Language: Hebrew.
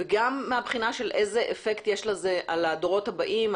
וגם מבחינת האפקט שיש לזה על הדורות הבאים,